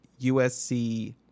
USC